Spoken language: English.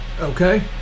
Okay